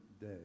day